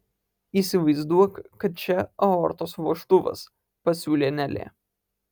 įsivaizduok kad čia aortos vožtuvas pasiūlė nelė